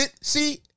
See